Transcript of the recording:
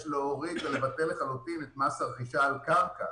יש להוריד או לבטל לחלוטין את מס הרכישה על קרקע